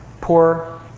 Poor